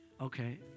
Okay